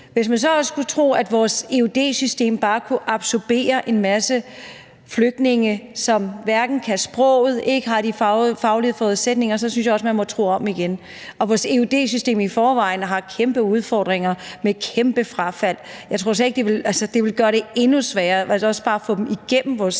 Hvis man så også skulle tro, at vores eud-system bare kan absorbere en masse flygtninge, som hverken kan sproget eller har de faglige forudsætninger, synes jeg, man må tro om igen. Vores eud-system har i forvejen kæmpe udfordringer med kæmpe frafald. Jeg tror, at det ville gøre det endnu sværere, også bare at få dem igennem vores